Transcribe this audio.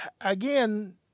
again